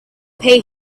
pay